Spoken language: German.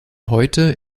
heute